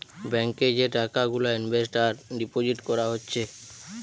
bank এ যে টাকা গুলা ইনভেস্ট আর ডিপোজিট কোরা হচ্ছে